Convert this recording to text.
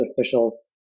officials